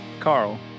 Carl